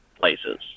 places